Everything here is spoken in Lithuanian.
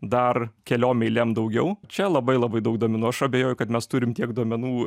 dar keliom eilėm daugiau čia labai labai daug duomenų aš abejoju kad mes turim tiek duomenų